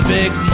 big